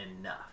enough